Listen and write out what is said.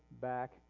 back